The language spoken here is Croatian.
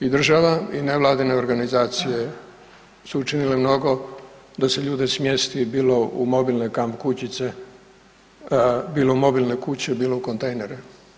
I država i nevladine organizacije su učinile mnogo da se ljude smjesti bilo u mobilne kamp kućice, bilo mobilne kuće, bilo u kontejnere.